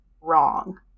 wrong